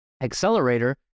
Accelerator